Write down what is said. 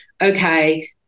okay